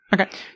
Okay